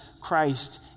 Christ